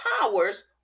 powers